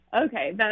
Okay